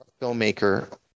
filmmaker